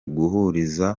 guhuriza